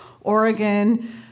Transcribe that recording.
Oregon